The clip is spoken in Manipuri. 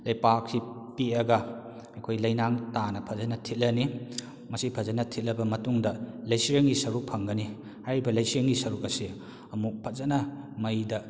ꯂꯩꯕꯥꯛꯁꯤ ꯄꯤꯑꯒ ꯑꯩꯈꯣꯏ ꯂꯩꯅꯥꯡ ꯇꯥꯅ ꯐꯖꯅ ꯊꯤꯠꯂꯅꯅꯤ ꯃꯁꯤ ꯐꯖꯅ ꯊꯤꯠꯂꯕ ꯃꯇꯨꯡꯗ ꯂꯩꯁꯤꯔꯦꯝꯒꯤ ꯁꯔꯨꯛ ꯐꯪꯒꯅꯤ ꯍꯥꯏꯔꯤꯕ ꯂꯩꯁꯦꯝꯒꯤ ꯁꯔꯨꯛ ꯑꯁꯦ ꯑꯃꯨꯛ ꯐꯖꯅ ꯃꯩꯗ